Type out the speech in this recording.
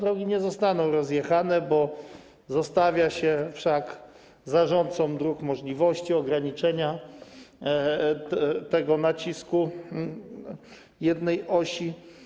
Drogi nie zostaną rozjechane, bo zostawia się zarządcom dróg możliwość ograniczenia nacisku jednej osi.